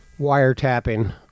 wiretapping